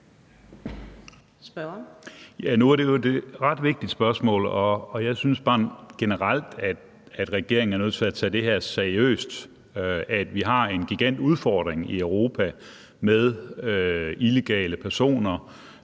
Nu er det jo et ret vigtigt spørgsmål, og jeg synes bare generelt, at regeringen er nødt til at tage det her seriøst. Vi har en gigantudfordring i Europa med illegale personer